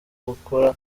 gukora